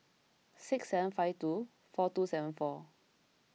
six seven five two four two seven four